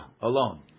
alone